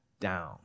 down